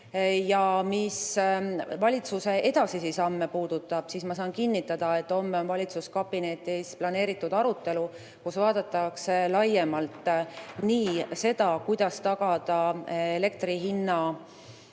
Mis valitsuse edasisi samme puudutab, siis ma saan kinnitada, et homme on valitsuskabinetis planeeritud arutelu, kus vaadatakse laiemalt, kuidas tagada elektri hinna